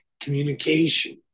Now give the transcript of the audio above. communication